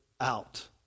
out